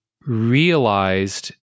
realized